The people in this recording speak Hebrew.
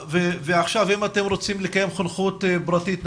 ועכשיו אם אתם רוצים לקיים חונכות פרטית,